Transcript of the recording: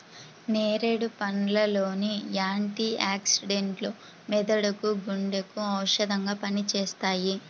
నేరేడు పండ్ల లోని యాంటీ ఆక్సిడెంట్లు మెదడుకు, గుండెకు ఔషధంగా పనిచేస్తాయి